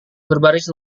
berbaris